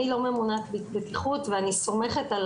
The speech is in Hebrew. אני לא ממונה בטיחות ואני סומכת על